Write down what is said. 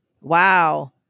Wow